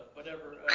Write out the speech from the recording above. whatever,